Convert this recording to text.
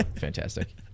Fantastic